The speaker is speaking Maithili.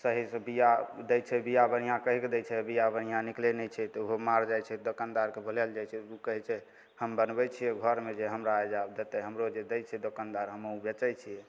सहीसे बीआ दै छै बीआ बढ़िआँ कहिके दै छै बीआ बढ़िआँ निकलै नहि छै तऽ ओहो मारि जाइ छै दोकनदारके बोलाएल जाइ छै ओ कहै छै हम बनबै छिए घरमे जे हमरा एहिजाँ देतै हमरो जे दै छै दोकनदार हमे ओ बेचै छिए